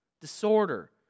disorder